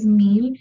mil